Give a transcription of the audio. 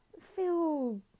feel